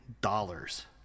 dollars